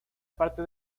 parte